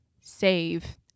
save